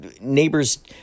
neighbors